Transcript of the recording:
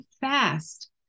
fast